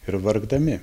ir vargdami